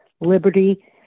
liberty